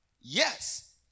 Yes